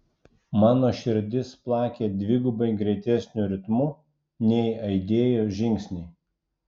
mano širdis plakė dvigubai greitesniu ritmu nei aidėjo žingsniai